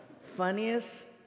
funniest